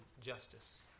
justice